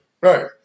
right